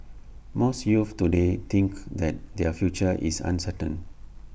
most youths today think that their future is uncertain